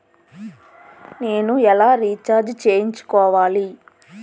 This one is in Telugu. నేను ఎలా రీఛార్జ్ చేయించుకోవాలి?